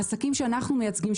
העסקים שאנחנו מייצגים,